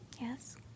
Yes